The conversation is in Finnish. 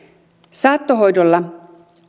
saattohoidolla